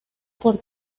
por